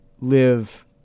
live